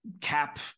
cap